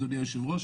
אדוני היושב-ראש,